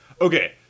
Okay